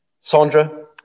Sandra